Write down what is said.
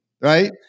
right